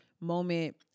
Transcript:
moment